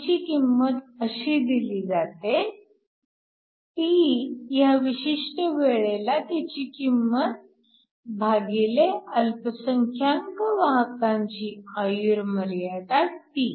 तिची किंमत अशी दिली जाते t ह्या विशिष्ट वेळेला तिची किंमत भागिले अल्पसंख्यानक वाहकांची आयुर्मर्यादा τ